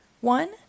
One